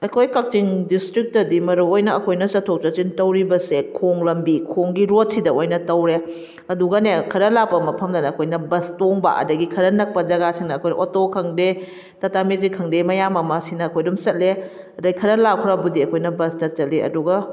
ꯑꯩꯈꯣꯏ ꯀꯛꯆꯤꯡ ꯗꯤꯁꯇ꯭ꯔꯤꯛꯇꯗꯤ ꯃꯔꯨ ꯑꯣꯏꯅ ꯑꯩꯈꯣꯏꯅ ꯆꯠꯊꯣꯛ ꯆꯠꯁꯤꯟ ꯇꯧꯔꯤꯕꯁꯦ ꯈꯣꯡ ꯂꯝꯕꯤ ꯈꯣꯡꯒꯤ ꯔꯣꯗꯁꯤꯗ ꯑꯣꯏꯅ ꯇꯧꯔꯦ ꯑꯗꯨꯒꯅꯦ ꯈꯔ ꯂꯥꯞꯄ ꯃꯐꯝꯗꯅ ꯑꯩꯈꯣꯏꯅ ꯕꯁ ꯇꯣꯡꯕ ꯑꯗꯒꯤ ꯈꯔ ꯅꯛꯄ ꯖꯒꯥꯁꯤꯡꯅ ꯑꯩꯈꯣꯏꯅ ꯑꯣꯇꯣ ꯈꯪꯗꯦ ꯇꯥꯇꯥ ꯃꯦꯖꯤꯛ ꯈꯪꯗꯦ ꯃꯌꯥꯝ ꯑꯃ ꯁꯤꯅ ꯑꯩꯈꯣꯏ ꯑꯗꯨꯝ ꯆꯠꯂꯦ ꯑꯗꯩ ꯈꯔ ꯂꯥꯞꯈ꯭ꯔꯕꯨꯗꯤ ꯑꯩꯈꯣꯏꯅ ꯕꯁꯇ ꯆꯠꯂꯦ ꯑꯗꯨꯒ